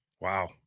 Wow